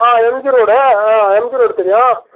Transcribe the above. ஆ MG road ஆ MG road தெரியும்